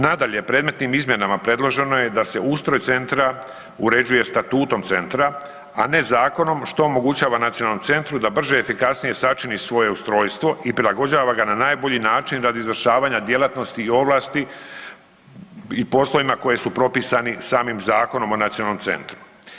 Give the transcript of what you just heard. Nadalje, predmetnim izmjenama predloženo je da se ustroj centra uređuje statutom centra, a ne zakonom što omogućava nacionalnom centru da brže, efikasnije sačini svoje ustrojstvo i prilagođava ga na najbolji način radi izvršavanja djelatnosti i ovlasti i poslovima koji su propisani samim Zakonom o nacionalnom centru.